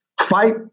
Fight